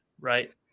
right